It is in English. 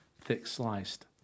thick-sliced